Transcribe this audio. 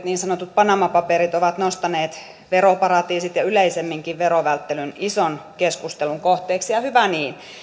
niin sanotut panama paperit ovat nostaneet veroparatiisit ja yleisemminkin verovälttelyn ison keskustelun kohteeksi ja ja hyvä niin